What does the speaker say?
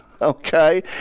okay